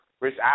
Rich